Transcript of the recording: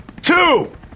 Two